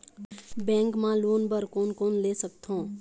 Bank मा loan बर कोन कोन ले सकथों?